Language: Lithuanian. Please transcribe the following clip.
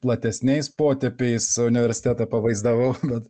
platesniais potėpiais universitetą pavaizdavau bet